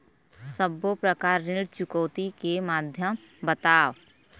सब्बो प्रकार ऋण चुकौती के माध्यम बताव?